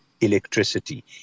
electricity